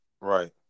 Right